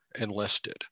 enlisted